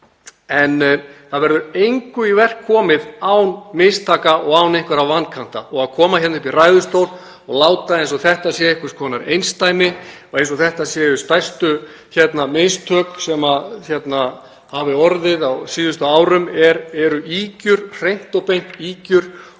En það verður engu í verk komið án mistaka og án einhverra vankanta og að koma hingað upp í ræðustól og láta eins og þetta sé einhvers konar einsdæmi og eins og þetta séu stærstu mistök sem orðið hafa á síðustu árum eru ýkjur, hreint og beint ýkjur,